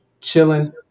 chilling